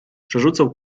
przerzucał